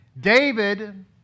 David